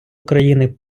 україни